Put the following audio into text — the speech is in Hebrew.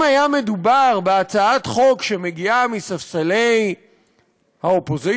אם היה מדובר בהצעת חוק שמגיעה מספסלי האופוזיציה,